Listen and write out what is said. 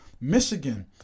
Michigan